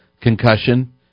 concussion